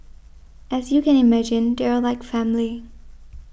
as you can imagine they are like family